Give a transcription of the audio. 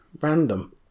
random